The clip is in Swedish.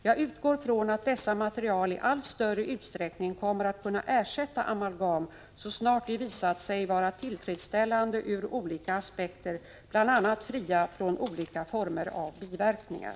Jag utgår från att dessa material i allt större utsträckning kommer att kunna ersätta amalgam så snart de visat sig vara tillfredsställande ur olika aspekter, bl.a. fria från olika former av biverkningar.